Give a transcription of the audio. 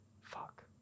Fuck